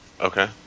Okay